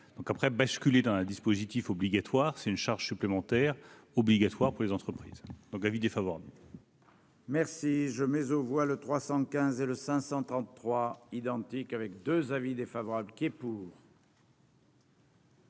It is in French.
après basculer dans un dispositif obligatoire, c'est une charge supplémentaire obligatoire pour les entreprises, donc l'avis défavorable.